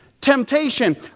Temptation